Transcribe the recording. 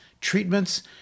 Treatments